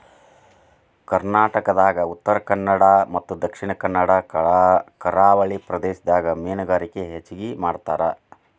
ಕರ್ನಾಟಕದಾಗ ಉತ್ತರಕನ್ನಡ ಮತ್ತ ದಕ್ಷಿಣ ಕನ್ನಡ ಕರಾವಳಿ ಪ್ರದೇಶದಾಗ ಮೇನುಗಾರಿಕೆ ಹೆಚಗಿ ಮಾಡ್ತಾರ